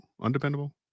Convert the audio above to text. Undependable